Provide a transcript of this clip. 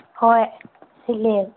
ꯍꯣꯏ ꯁꯤꯂꯦ